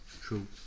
True